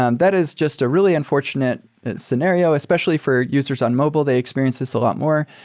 um that is just a really unfortunate scenario, especially for users on mobile. they experience this a lot more.